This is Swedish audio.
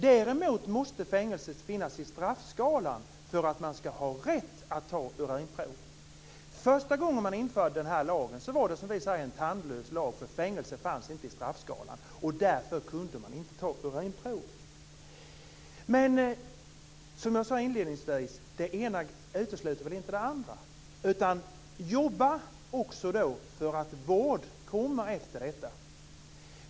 Däremot måste det finnas fängelse i straffskalan för att man skall ha rätt att ta urinprov. Första gången denna lag infördes var det en tandlös lag, eftersom det inte fanns fängelse med i straffskalan. Därför kunde man inte ta urinprov. Som jag sade inledningsvis utesluter det ena inte det andra. Jobba också då för att vård skall sättas in efter straffet.